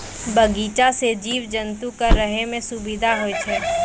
बगीचा सें जीव जंतु क रहै म सुबिधा होय छै